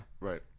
Right